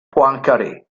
poincaré